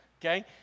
okay